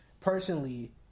personally